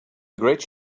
great